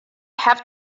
have